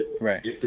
Right